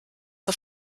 auf